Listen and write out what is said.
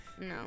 No